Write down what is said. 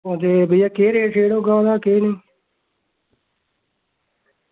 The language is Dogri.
ओ ते भैया केह् रेट शेट होगा ओह्दा केह् निं